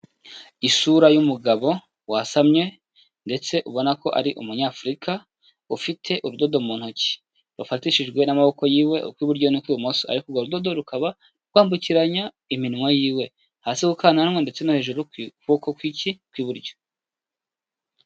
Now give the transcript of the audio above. Isura y'umugabo wasamye ndetse ubona ko ari umunyafurika, ufite udodo mu ntoki rufatishijwe n'amaboko yiwe ukw'iburyo kw'ibumoso ariko urwo rudodo rukaba rwambukiranya iminwa y'iwe. Hasi ku kananwa ndetse no hejuru ku kuboko kw'iki kw'iburyo.